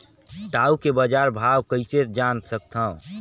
टाऊ के बजार भाव कइसे जान सकथव?